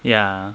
ya